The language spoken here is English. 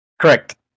Correct